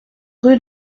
rue